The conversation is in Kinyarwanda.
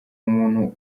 umuntu